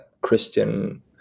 Christian